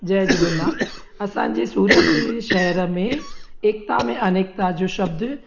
जय झूलेलाल असांजे सूरत शहर में एकिता में अनेकिता जो शब्द